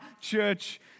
church